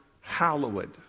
hallowed